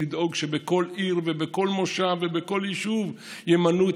שבכל עיר ובכל מושב ובכל יישוב ימנו את